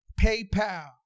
PayPal